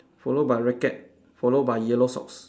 followed by racket followed by yellow socks